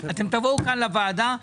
אתם תבואו כאן לוועדה,